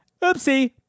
Oopsie